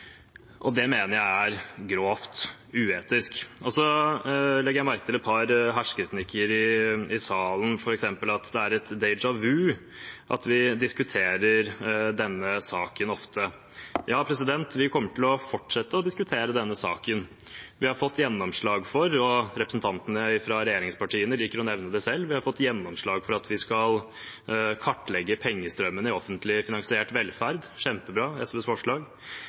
da. Dette mener jeg er grovt uetisk. Jeg legger også merke til et par hersketeknikker i salen, f.eks. at det er et déjà vu at vi diskuterer denne saken ofte. Ja, vi kommer til å fortsette å diskutere denne saken. Vi har fått gjennomslag for – representantene for regjeringspartiene liker å nevne det selv – at vi skal kartlegge pengestrømmene i offentlig finansiert velferd. Det er kjempebra og var SVs forslag.